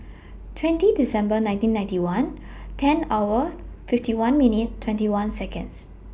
twenty December nineteen ninety one ten hour fifty one minute twenty one Seconds